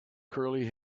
curly